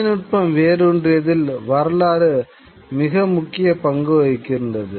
தொழில்நுட்பம் வேரூன்றியதில் வரலாறு மிக முக்கிய பங்கு வகிக்கிறது